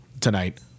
tonight